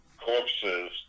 Corpses